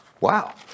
Wow